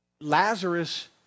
Lazarus